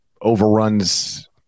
overruns